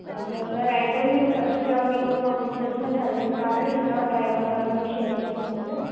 okay sir అయితే మీరు first car మీకు పంపించవలసిన సర్వీస్ కార్ ఇంకా డ్రైవర్ నెంబర్ మీకు షేర్ చేస్తాం సార్